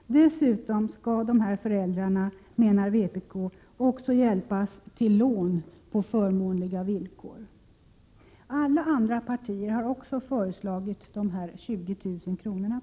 Dessutom skall dessa föräldrar, menar vpk, hjälpas till lån på förmånliga villkor. Alla andra partier har också föreslagit dessa 20 000 kr.